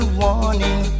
warning